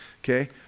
Okay